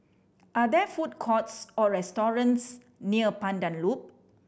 are there food courts or restaurants near Pandan Loop